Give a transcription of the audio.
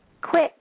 quick